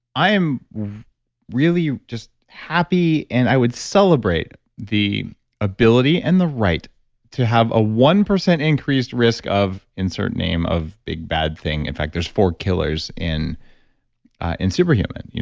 i am really just happy and i would celebrate the ability and the right to have a one percent increased risk of insert name of big bad thing. in fact, there's four killers in in super human.